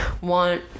want